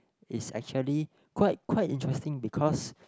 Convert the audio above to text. is actually quite quite interesting because